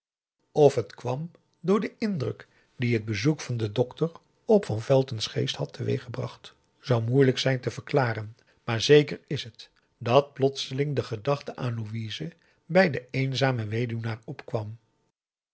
of het kwam door den indruk dien het bezoek van den dokter op van velton's geest had teweeggebracht zou moeilijk zijn te verklaren maar zeker is het dat plotseling de gedachte aan louise bij den eenzamen weduwnaar opkwam